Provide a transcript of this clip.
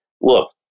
Look